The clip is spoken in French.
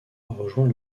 rejoint